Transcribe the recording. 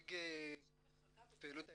אציג את פעילות היחידה.